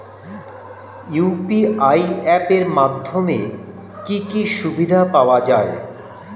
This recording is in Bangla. ইউ.পি.আই অ্যাপ এর মাধ্যমে কি কি সুবিধা পাওয়া যায়?